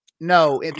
no